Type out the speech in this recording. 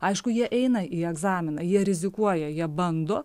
aišku jie eina į egzaminą jie rizikuoja jie bando